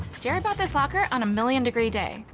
jarrod bought this locker on a million degree day.